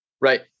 Right